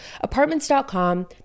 apartments.com